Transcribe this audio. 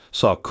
saw